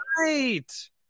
Right